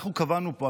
אנחנו קבענו פה,